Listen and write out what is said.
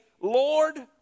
Lord